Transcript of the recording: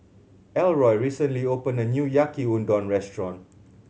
Elroy recently opened a new Yaki Udon Restaurant